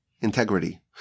integrity